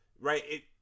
right